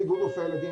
רופאי הילדים